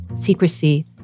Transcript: secrecy